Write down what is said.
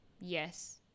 Yes